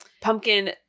Pumpkin